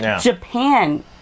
Japan